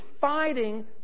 fighting